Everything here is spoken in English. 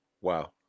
Wow